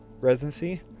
residency